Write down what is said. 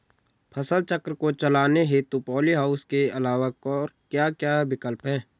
फसल चक्र को चलाने हेतु पॉली हाउस के अलावा और क्या क्या विकल्प हैं?